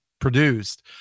produced